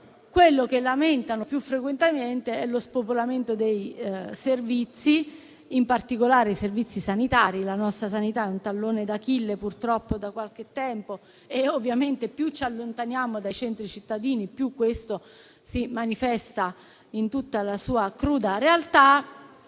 quello che lamentano più frequentemente è lo spopolamento dei servizi, in particolare sanitari. La nostra sanità è infatti un tallone d'Achille purtroppo da qualche tempo e ovviamente più ci allontaniamo dai centri cittadini, più tale fenomeno si manifesta in tutta la sua cruda realtà.